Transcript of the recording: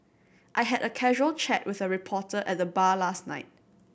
I had a casual chat with a reporter at the bar last night